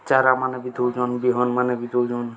ଚାରାମାନେ ବି ଦଉଚନ୍ ବିହନ୍ମାନେ ବି ଦଉଚନ୍